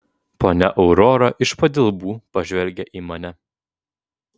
ponia aurora iš padilbų pažvelgė į mane